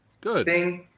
Good